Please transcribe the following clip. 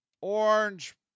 orange